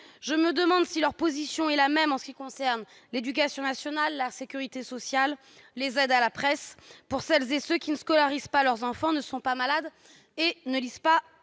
je me demande si leur position est la même en ce qui concerne l'éducation nationale, la sécurité sociale, les aides à la presse, pour celles et ceux qui ne scolarisent pas leurs enfants, ne sont pas malades et ne lisent pas